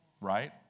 right